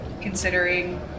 considering